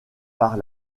par